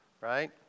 right